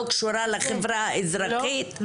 לא קשור לחברה האזרחית,